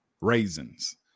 Raisins